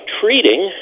treating